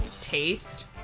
taste